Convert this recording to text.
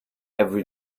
every